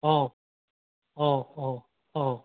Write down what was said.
অ অ অ অ